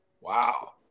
Wow